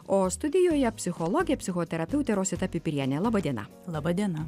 o studijoje psichologė psichoterapeutė rosita pipirienė laba diena laba diena